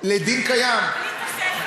לדין קיים, בלי תוספת.